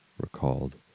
Recalled